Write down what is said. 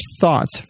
thoughts